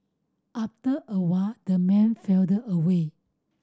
after a while the man filled away